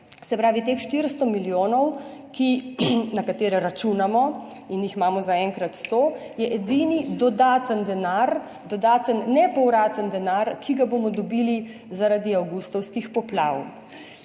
Se pravi, teh 400 milijonov, na katere računamo in jih imamo za enkrat 100, je edini dodaten denar, dodaten nepovraten denar, ki ga bomo dobili zaradi avgustovskih poplav.